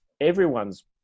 everyone's